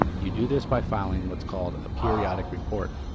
you do this by filing what's called a periodic report.